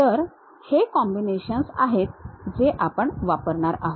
तर हे कॉम्बिनेशन्स आहेत जे आपण वापरणार आहोत